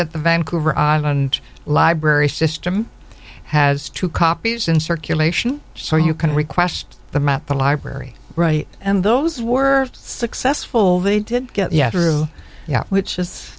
that the vancouver island library system has two copies in circulation so you can request the map the library right and those were successful they did get yeah true yeah which